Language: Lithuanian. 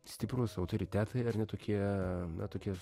stiprūs autoritetai ar ne tokie na tokie